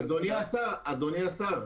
הצבעה אושר.